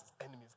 enemies